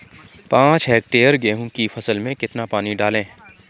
पाँच हेक्टेयर गेहूँ की फसल में कितना पानी डालें?